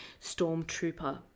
stormtrooper